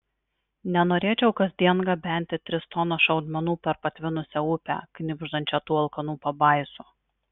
nenorėčiau kasdien gabenti tris tonas šaudmenų per patvinusią upę knibždančią tų alkanų pabaisų